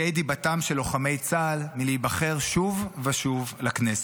דיבתם של לוחמי צה"ל מלהיבחר שוב ושוב לכנסת.